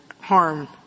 harm